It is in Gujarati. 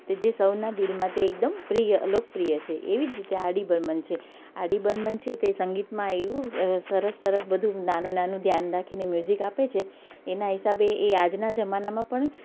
તે જે સૌના દિલમાં જે તે એકદમ પ્રિય લોકપ્રિય છે એવી જ રીતે આરડી બર્મન છે આરડી બર્મન છે તે સંગીતમાં એવું સરસ સરસ બધું નાનું નાનું ધ્યાન રાખીને મ્યુઝિક આપે છે એના હિસાબે એ આજના જમાનામાં પણ